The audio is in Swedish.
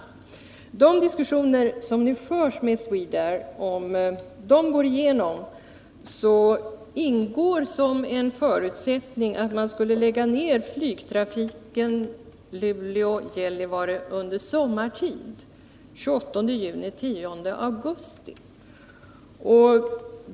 I de intentioner som nu diskuteras med Swedair ingår som en förutsättning att flygtrafiken på sträckan Luleå-Gällivare skall läggas ned under sommartid, nämligen den 28 juni-10 augusti.